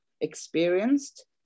experienced